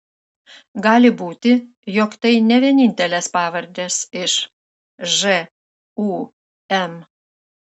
gali būti jog tai ne vienintelės pavardės iš žūm